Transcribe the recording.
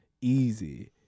easy